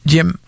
Jim